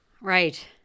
Right